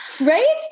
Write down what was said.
right